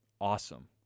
awesome